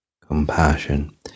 compassion